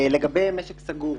לגבי משק סגור.